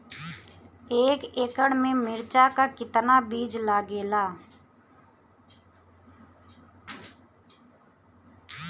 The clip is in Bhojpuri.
एक एकड़ में मिर्चा का कितना बीज लागेला?